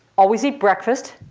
always eat breakfast,